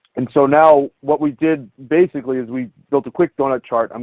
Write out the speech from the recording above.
and so now what we did basically is we built a quick donut chart. um